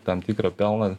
tam tikrą pelną